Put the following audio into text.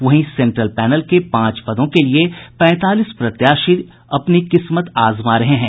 वहीं central panel के पांच पदों के लिये पैंतालीस प्रत्याशी अपनी किस्मत आजमा रहे हैं